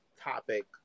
topic